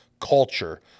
Culture